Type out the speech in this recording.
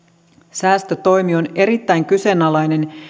säästötoimi on erittäin kyseenalainen